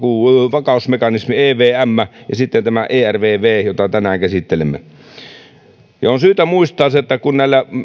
vakausmekanismi evm ja sitten tämä ervv jota tänään käsittelemme ja on syytä muistaa se että kun näillä